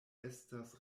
estas